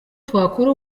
twakora